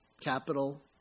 capital